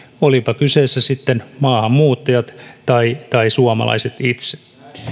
olivatpa kyseessä sitten maahanmuuttajat tai tai suomalaiset itse